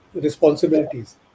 responsibilities